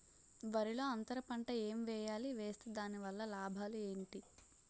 వరిలో అంతర పంట ఎం వేయాలి? వేస్తే దాని వల్ల లాభాలు ఏంటి?